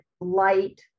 light